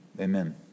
Amen